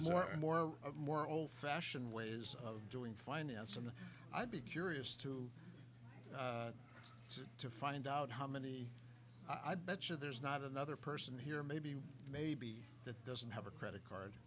more and more of more old fashioned ways of doing finance and i'd be curious to to find out how many i betcha there's not another person here maybe maybe that doesn't have a credit card